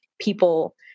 people